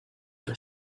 for